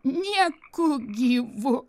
nieku gyvu